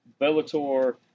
Bellator